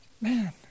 man